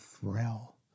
thrill